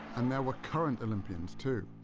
and there were current olympians, too.